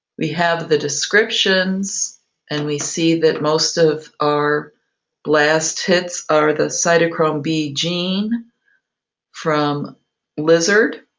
we have the descriptions and we see that most of our blast hits are the cytochrome b gene from lizard,